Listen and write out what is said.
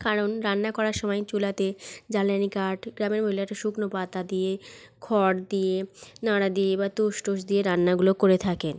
কারণ রান্না করার সময় চুলাতে জ্বালানি কাঠ গ্রামের মহিলারা শুকনো পাতা দিয়ে খড় দিয়ে নাড়া দিয়ে বা তুষ টুস দিয়ে রান্নাগুলো করে থাকেন